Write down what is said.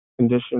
condition